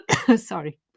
Sorry